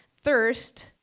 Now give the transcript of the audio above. thirst